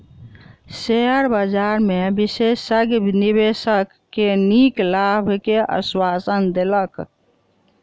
share बजार में विशेषज्ञ निवेशक के नीक लाभ के आश्वासन देलक